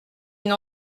une